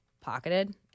pocketed